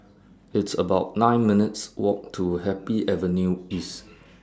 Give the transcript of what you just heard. It's about nine minutes' Walk to Happy Avenue East